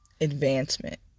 advancement